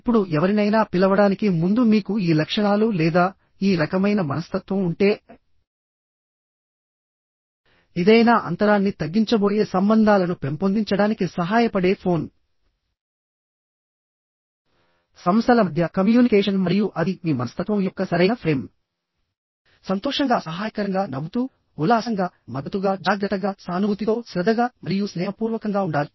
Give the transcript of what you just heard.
ఇప్పుడు ఎవరినైనా పిలవడానికి ముందు మీకు ఈ లక్షణాలు లేదా ఈ రకమైన మనస్తత్వం ఉంటే ఏదైనా అంతరాన్ని తగ్గించబోయే సంబంధాలను పెంపొందించడానికి సహాయపడే ఫోన్ సంస్థల మధ్య కమ్యూనికేషన్ మరియు అది మీ మనస్తత్వం యొక్క సరైన ఫ్రేమ్ సంతోషంగా సహాయకరంగా నవ్వుతూ ఉల్లాసంగా మద్దతుగా జాగ్రత్తగా సానుభూతితో శ్రద్ధగా మరియు స్నేహపూర్వకంగా ఉండాలి